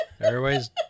Everybody's